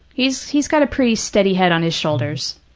he's he's got a pretty steady head on his shoulders.